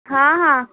हा हा